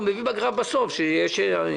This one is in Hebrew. הוא מביא בסוף גרף לפיו יש ירידה,